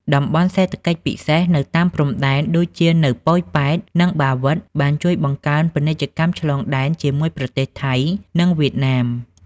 តំបន់សេដ្ឋកិច្ចពិសេស នៅតាមព្រំដែន ដូចជានៅប៉ោយប៉ែត និងបាវិត បានជួយបង្កើនពាណិជ្ជកម្មឆ្លងដែនជាមួយប្រទេសថៃ និងវៀតណាម។